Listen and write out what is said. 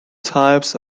types